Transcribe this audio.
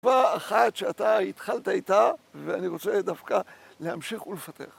כבר אחת שאתה התחלת איתה, ואני רוצה דווקא להמשיך ולפתח.